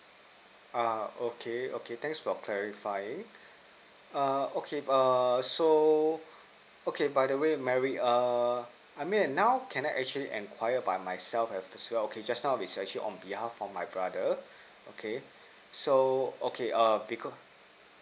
uh okay okay thanks for clarifying uh okay err so okay by the way mary err I mean now can I actually enquire by myself as well okay just now is actually on behalf for my brother okay so okay err because